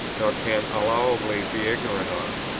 nor can allowably be ignorant of,